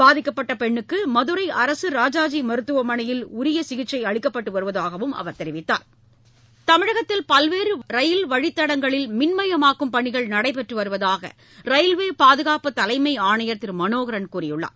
பாதிக்கப்பட்டபெண்ணுக்குமதுரைஅரசுராஜாஜிமருத்துவமனையில் உயரியசிகிச்சைஅளிக்கப்பட்டுவருவதாகவும் அவர் தெரிவித்தார் பல்வேறுரயில் வழித்தடங்களில் தமிழகத்தில் மின்மயமாக்கும் பணிகள் நடைபெற்றுவருவதாகரயில்வேபாதுகாப்பு தலைமைஆணையர் திருமனோகரன் கூறியுள்ளார்